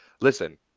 listen